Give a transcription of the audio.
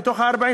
מתוך ה-40,